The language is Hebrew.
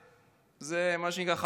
מה שנקרא חבורה טובה.